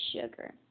sugar